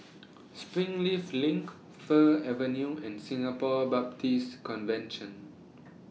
Springleaf LINK Fir Avenue and Singapore Baptist Convention